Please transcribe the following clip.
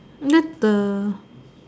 let the